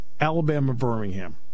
Alabama-Birmingham